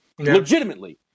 legitimately